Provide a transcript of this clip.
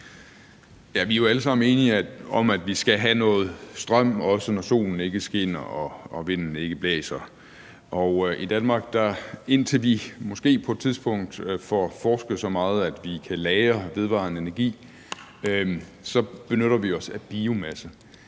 alle sammen enige om, at vi skal have noget strøm, også når solen ikke skinner og vinden ikke blæser. Indtil vi måske på et tidspunkt får forsket så meget, at vi kan lagre vedvarende energi, så benytter vi os i Danmark